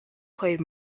played